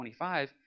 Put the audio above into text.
25